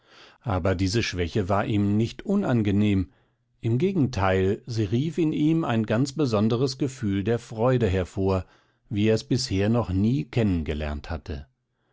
aber diese schwäche war ihm nicht unangenehm im gegenteil sie rief in ihm ein ganz besonderes gefühl der freude hervor wie er es bisher noch nie kennen gelernt hatte